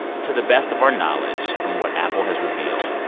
to the best of our knowledge from what apple has revealed,